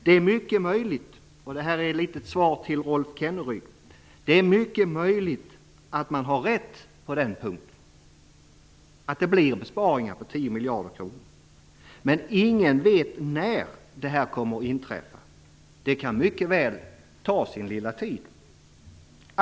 Det är mycket möjligt - och det här är ett svar till Rolf Kenneryd - att man har rätt på den punkten, men ingen vet när detta kommer att inträffa. Det kan mycket väl ta sin lilla tid.